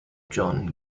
john